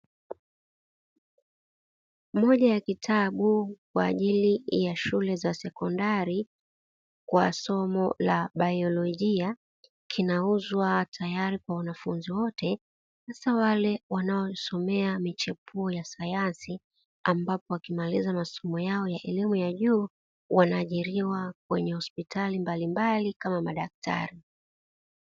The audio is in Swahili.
Moja ya kitabu kwa ajili ya shule za sekondari kwa somo la biolojia, kinauzwa tayari kwa wanafunzi wote hasa wale wanaosomea michepuo ya sayansi, ambapo wakimaliza masomo yao ya elimu ya juu wanaajiriwa kwenye hospitali mbalimbali kama madaktari.